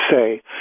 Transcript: say